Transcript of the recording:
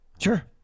Sure